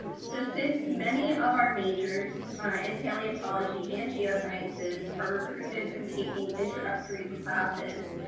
um so, since many of our majors in paleontology and geosciences are recruited from taking introductory classes,